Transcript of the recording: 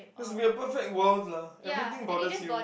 has to be a perfect world lah everything bothers you